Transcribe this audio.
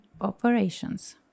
operations